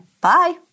Bye